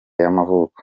y’amavuko